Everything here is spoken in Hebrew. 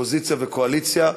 אופוזיציה וקואליציה,